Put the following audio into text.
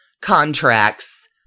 contracts